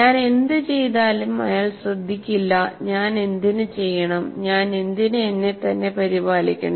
ഞാൻ എന്ത് ചെയ്താലും അയാൾ ശ്രദ്ധിക്കില്ല ഞാൻ എന്തിന് ചെയ്യണം ഞാൻ എന്തിന് എന്നെത്തന്നെ പരിപാലിക്കണം